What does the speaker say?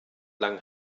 lang